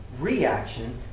reaction